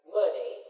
money